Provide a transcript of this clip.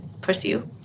pursue